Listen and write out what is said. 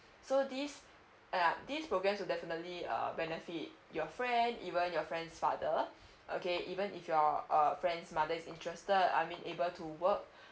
so this um this program will definitely uh benefit your friend even your friend's father okay even if your uh friend's mother is interested I mean able to work